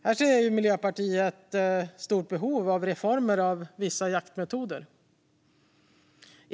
Här ser Miljöpartiet ett stort behov av reformer av vissa jaktmetoder.